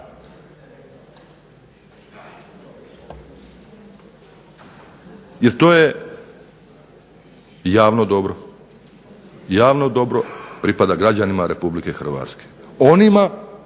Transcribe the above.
Jer to je javno dobro, javno dobro pripada građanima RH, onima